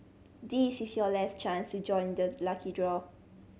this is your last chance to join the lucky draw